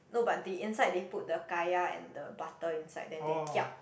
no but the inside they put the kaya and the butter inside then they kiap